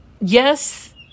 Yes